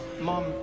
mom